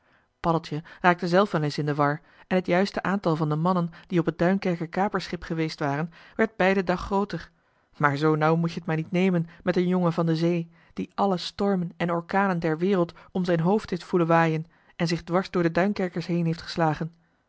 paddeltje raakte zelf wel eens in de war en het juiste aantal van de mannen die op het duinkerker kaperschip geweest waren werd bij den dag grooter maar zoo nauw moet-je het maar niet nemen met een jongen van de zee die alle stormen en orkanen der wereld om zijn hoofd heeft voelen waaien en zich dwars door de duinkerkers heen heeft geslagen